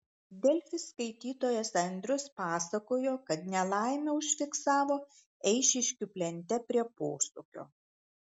delfi skaitytojas andrius pasakojo kad nelaimę užfiksavo eišiškių plente prie posūkio